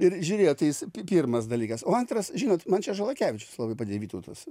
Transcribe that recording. ir žiūrėjo tai jis pirmas dalykas o antras žinot man čia žalakevičius labai padėjo vytautas